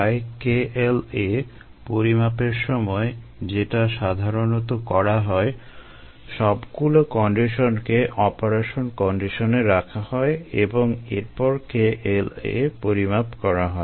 তাই kLa পরিমাপের সময় যেটা সাধারণত করা হয় সবগুলো কন্ডিশনকে কন্ডিশনে রাখা হয় এবং এরপর kLa পরিমাপ করা হয়